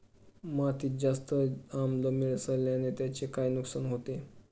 मातीत जास्त आम्ल मिसळण्याने त्याचे काय नुकसान होते?